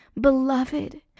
Beloved